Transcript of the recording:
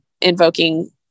invoking